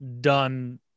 done